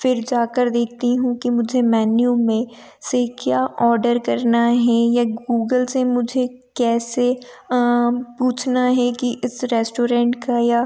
फिर जा कर देखती हूँ कि मुझे मेन्यू में से क्या ऑडर करना है या गूगल से मुझे कैसे पूछना है कि इस रेस्टोरेंट का या